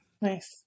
Nice